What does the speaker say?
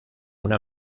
una